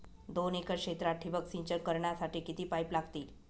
दोन एकर क्षेत्रात ठिबक सिंचन करण्यासाठी किती पाईप लागतील?